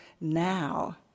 now